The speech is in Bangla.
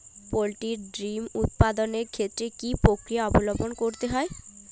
পোল্ট্রি ডিম উৎপাদনের ক্ষেত্রে কি পক্রিয়া অবলম্বন করতে হয়?